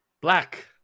Black